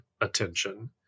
attention